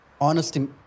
honesty